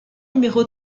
numéro